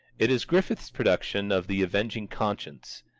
it is griffith's production of the avenging conscience.